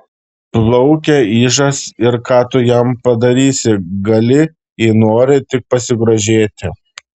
plaukia ižas ir ką tu jam padarysi gali jei nori tik pasigrožėti